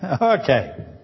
Okay